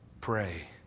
Pray